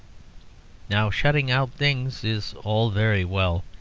now shutting out things is all very well,